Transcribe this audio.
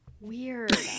Weird